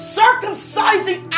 circumcising